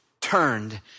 turned